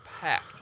packed